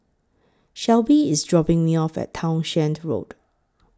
Shelby IS dropping Me off At Townshend Road